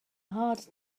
hard